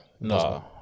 no